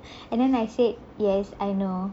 and then I said yes I know